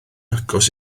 agos